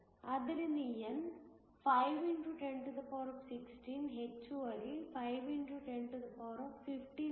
ಆದ್ದರಿಂದ n 5 x 1016 ಹೆಚ್ಚುವರಿ 5 x 1015